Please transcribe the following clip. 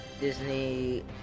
Disney